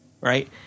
right